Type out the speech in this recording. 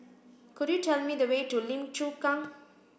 could you tell me the way to Lim Chu Kang